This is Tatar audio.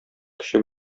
көче